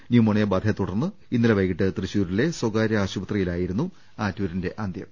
pneumonia ബാധയെ തുടർന്ന് ഇന്നലെ വൈകീട്ട് തൃശൂ രിലെ സ്വകാര്യ ആശുപത്രിയിലായിരുന്നു ആറ്റൂരിന്റെ അന്ത്യം